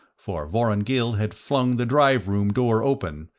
for vorongil had flung the drive room door open,